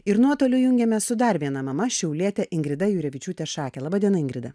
ir nuotoliu jungiames su dar viena mama šiaulietė ingrida jurevičiūtė šake laba diena ingrida